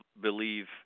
believe